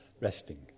resting